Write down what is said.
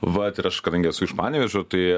vat ir aš kadangi esu iš panevėžio tai